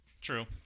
true